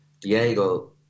Diego